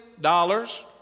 dollars